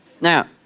Now